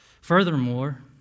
Furthermore